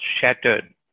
shattered